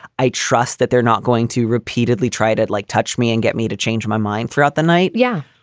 i trust that they're not going to repeatedly tried it like touch me and get me to change my mind throughout the night. yeah,